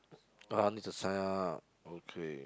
ah need to sign up okay